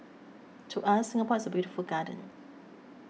to us Singapore is a beautiful garden